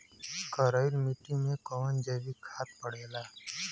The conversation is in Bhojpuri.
करइल मिट्टी में कवन जैविक खाद पड़ेला?